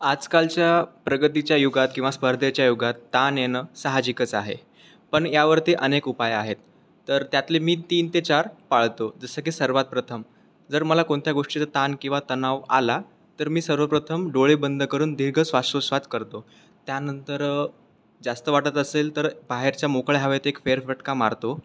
आजकालच्या प्रगतीच्या युगात किंवा स्पर्धेच्या युगात ताण येणं साहजिकच आहे पण यावरती अनेक उपाय आहेत तर त्यातले मी तीन ते चार पाळतो जसे की सर्वात प्रथम जर मला कोणत्या गोष्टीचा ताण किंवा तणाव आला तर मी सर्वप्रथम डोळे बंद करून दीर्घ श्वासोच्छ्वास करतो त्यानंतर जास्त वाटत असेल तर बाहेरच्या मोकळ्या हवेत एक फेरफटका मारतो